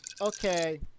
Okay